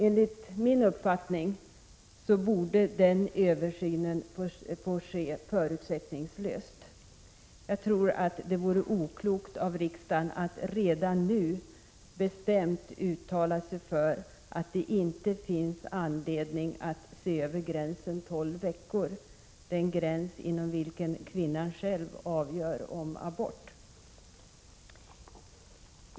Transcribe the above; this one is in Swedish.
Enligt min uppfattning borde den översynen få ske förutsättningslöst. Jag tror att det vore oklokt av riksdagen att redan nu bestämt uttala sig för att det inte finns anledning att se över gränsen 12 veckor, den gräns inom vilken kvinnan själv avgör om abort.